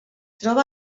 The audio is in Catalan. troba